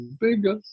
bigger